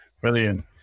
Brilliant